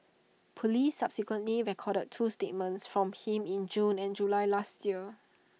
Police subsequently recorded two statements from him in June and July last year